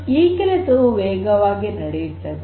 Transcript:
ಈ ಕೆಲಸವು ವೇಗವಾಗಿ ನಡೆಯುತ್ತದೆ